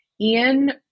ian